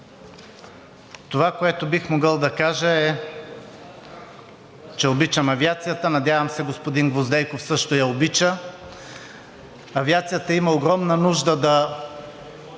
Това, което бих могъл да кажа, е, че обичам авиацията, надявам се господин Гвоздейков също я обича. Авиацията има огромна нужда да